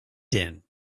din